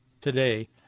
today